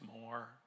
more